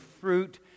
fruit